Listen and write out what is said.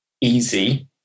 easy